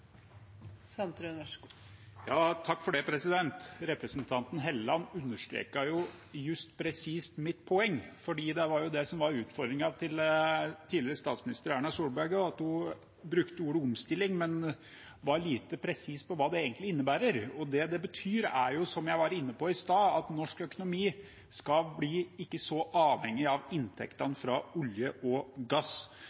Representanten Helleland understreket just presis mitt poeng, for det var jo det som var utfordringen til tidligere statsminister Erna Solberg, at hun brukte ordet omstilling, men var lite presis på hva det egentlig innebærer. Det det betyr, er, som jeg var inne på i stad, at norsk økonomi ikke skal bli så avhengig av inntektene